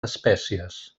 espècies